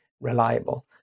reliable